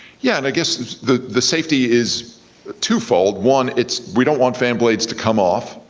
yeah, and i guess the the safety is twofold, one it's we don't want fan blades to come off,